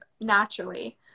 naturally